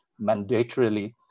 mandatorily